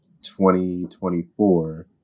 2024